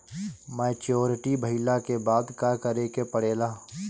Maturity भईला के बाद का करे के पड़ेला?